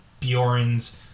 Bjorns